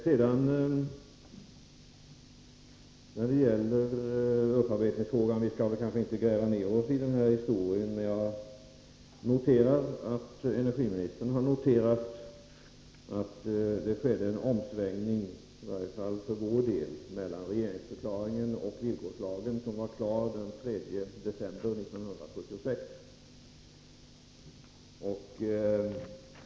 När det sedan gäller upparbetningsfrågan skall vi kanske inte gräva ned oss i historien, men jag lade märke till att energiministern har noterat att det skedde en omsvängning i varje fall för vår del mellan regeringsförklaringen och villkorslagen, som var klar den 3 december 1976.